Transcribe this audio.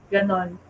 Ganon